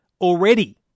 already